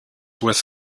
with